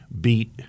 beat